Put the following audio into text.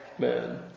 man